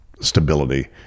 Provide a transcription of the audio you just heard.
stability